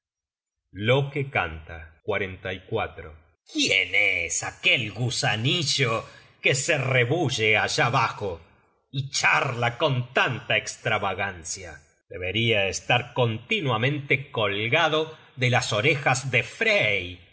miembros uno por uno loke cania quién es aquel gusanillo que se rebulle allá bajo y charla con tanta estravagancia deberia estar continuamente colgado de las orejas de frey